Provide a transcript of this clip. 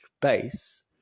base